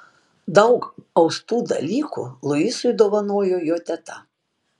daug austų dalykų luisui dovanojo jo teta